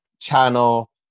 channel